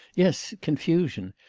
yes, confusion.